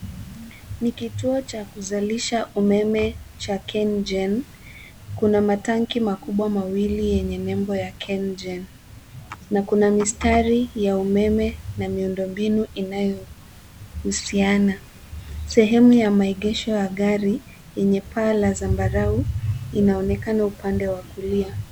Ni kituo cha kuzalisha umeme cha Kengen . Kuna matanki makubwa mawili yenye nembo ya Kengen na kuna mistari ya umeme na miundombinu inayohusiana . Sehemu ya maegesho ya magari yenye paa la zambarau inaonekana upande wa kulia.